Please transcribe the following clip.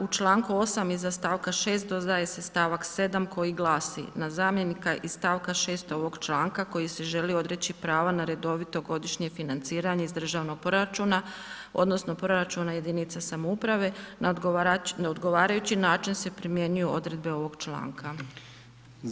U članku 8. iza stavka 6 dodajte se stavak 7 koji glasi, na zamjenika iz stavka 6 ovog članka koji se želi odreći prava na redovito godišnje financiranje iz državnog proračuna, odnosno, proračuna jedinice lokalne samouprave, na odgovarajući način se primjenjuju odredbe ovog članka.